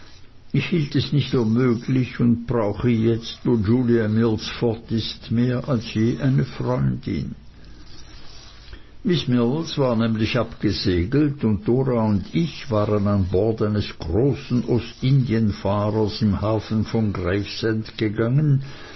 ich hielt es nicht für möglich und brauche jetzt wo julia mills fort ist mehr als je eine freundin miß mills war nämlich abgesegelt und dora und ich waren an bord eines großen ostindienfahrers im hafen von gravesend gegangen